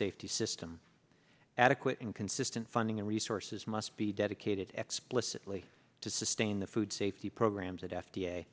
safety system adequate and consistent funding and resources must be dedicated to explicitly to sustain the food safety programs that f d a